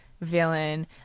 villain